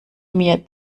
mir